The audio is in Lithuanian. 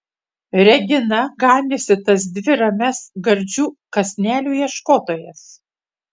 regina ganiusi tas dvi ramias gardžių kąsnelių ieškotojas